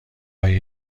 های